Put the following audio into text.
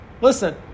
Listen